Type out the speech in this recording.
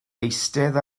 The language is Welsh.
eistedd